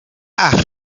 acht